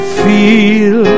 feel